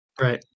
Right